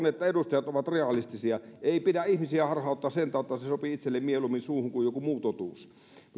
että edustajat ovat realistisia ei pidä ihmisiä harhauttaa sen tautta että se sopii itselle mieluummin suuhun kuin joku muu totuus mutta